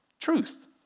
truth